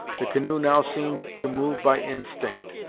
the canoe now seemed to move by instinct,